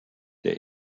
der